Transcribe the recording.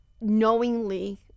knowingly